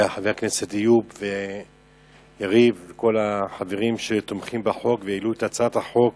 ואת חבר הכנסת איוב ויריב וכל החברים שתומכים בחוק והעלו את הצעת החוק